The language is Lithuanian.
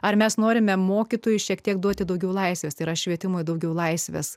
ar mes norime mokytojų šiek tiek duoti daugiau laisvės tai yra švietimui daugiau laisvės